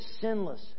sinless